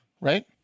Right